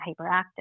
hyperactive